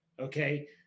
okay